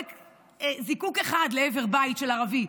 וזורק זיקוק אחד לעבר בית של ערבי,